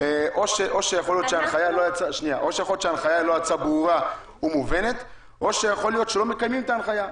או שההנחיה לא היתה ברורה ומובנת או שלא יכול שלא מקיימים את ההנחיה.